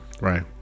Right